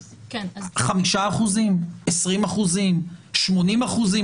5%, 20%, 80%?